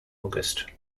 august